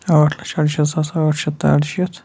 ٲٹھ لَچھ کُنہٕ شیٖتھ ساس ٲٹھ شَتھ تہٕ اَرٕشیٖتھ